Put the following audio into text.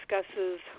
discusses